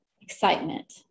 excitement